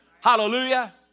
Hallelujah